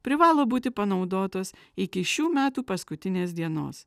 privalo būti panaudotos iki šių metų paskutinės dienos